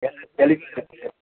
எல்லாம் தெளிவாக இருக்குது